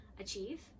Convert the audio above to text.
achieve